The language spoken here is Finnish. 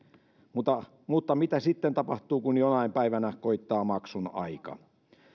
mutta mutta mitä sitten tapahtuu kun jonain päivänä koittaa maksun aika